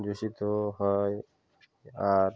দূষিত হয় আর